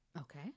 Okay